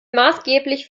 maßgeblich